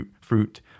fruit